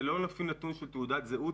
ולא על נתון של תעודת זהות.